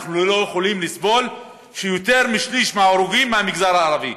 אנחנו לא יכולים לסבול שיותר משליש מההרוגים הם מהמגזר הערבי,